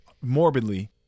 morbidly